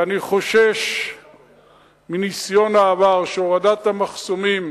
ואני חושש מניסיון העבר, שהורדת המחסומים